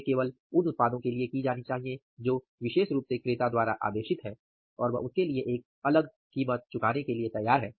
ये केवल उन उत्पादों के लिए की जानी चाहिए जो विशेष रूप से क्रेता द्वारा आदेशित हैं और वह उसके लिए एक अलग कीमत चुकाने के लिए तैयार है